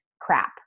crap